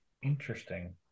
Interesting